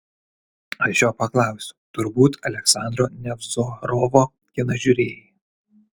aš jo paklausiau turbūt aleksandro nevzorovo kiną žiūrėjai